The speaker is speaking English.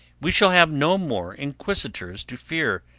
we shall have no more inquisitors to fear,